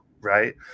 right